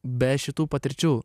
be šitų patirčių